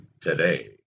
today